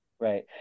Right